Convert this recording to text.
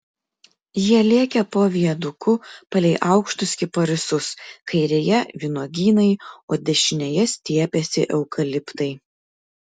jie lėkė po viaduku palei aukštus kiparisus kairėje vynuogynai o dešinėje stiebėsi eukaliptai